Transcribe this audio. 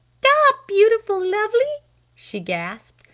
stop, beautiful-lovely! she gasped.